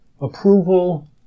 approval